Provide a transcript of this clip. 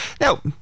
Now